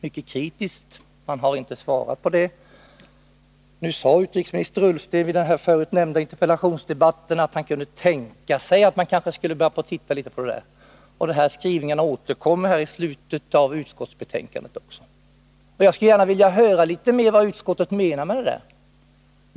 Vi har inte fått något svar på det. Nu sade utrikesminister Ullsten, vid den förut nämnda interpellationsdebatten, att han kunde tänka sig att se över detta, och motsvarande uttalanden återkommer också i slutet av utskottsbetänkandet. Jag skulle gärna vilja höra litet mera om vad utskottet menar med det.